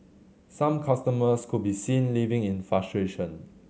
some customers could be seen leaving in frustration